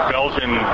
Belgian